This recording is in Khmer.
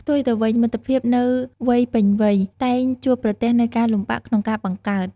ផ្ទុយទៅវិញ មិត្តភាពនៅវ័យពេញវ័យ តែងជួបប្រទះនូវការលំបាកក្នុងការបង្កើត។